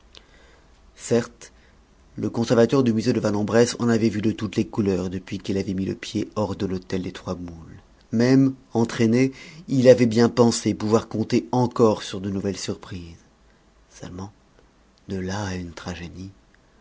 certes le conservateur du musée de vanne en bresse en avait vu de toutes les couleurs depuis qu'il avait mis le pied hors de l'hôtel des trois boules même entraîné il avait bien pensé pouvoir compter encore sur de nouvelles surprises seulement de là à une tragédie